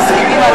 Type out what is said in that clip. לא מסכימים על